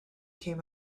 came